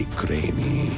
grainy